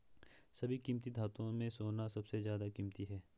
सभी कीमती धातुओं में सोना सबसे ज्यादा कीमती है